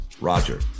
Roger